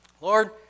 Lord